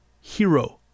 hero